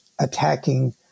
attacking